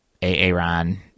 Aaron